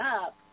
up